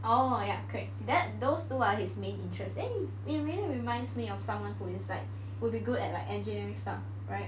oh ya correct that those two are his main interest then it really reminds me of someone who is like will be good at like engineering stuff right